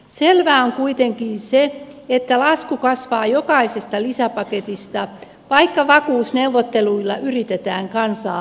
selvää on kuitenkin se että lasku kasvaa jokaisesta lisäpaketista vaikka vakuusneuvotteluilla yritetään kansaa hämätä